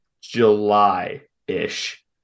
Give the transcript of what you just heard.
July-ish